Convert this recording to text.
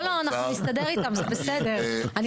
לא, לא, אנחנו נסתדר איתם, זה בסדר.